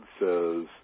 says